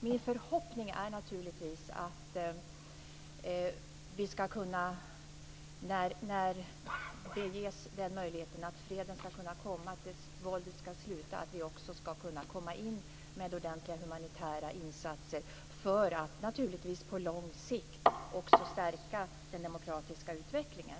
Min förhoppning är naturligtvis att vi när möjlighet ges, när freden har kommit och våldet har slutat, skall kunna komma in med ordentliga humanitära insatser och på lång sikt kunna stärka den demokratiska utvecklingen.